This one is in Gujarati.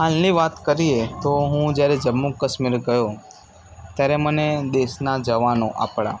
હાલની વાત કરીએ તો હું જ્યારે જમ્મુ કાશ્મીર ગયો ત્યારે મને દેશના જવાનો આપણા